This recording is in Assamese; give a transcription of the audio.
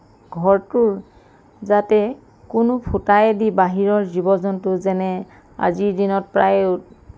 ঘৰটোৰ যাতে কোনো ফুটায়েদি বাহিৰৰ জীৱ জন্তু যেনে আজিৰ দিনত প্ৰায়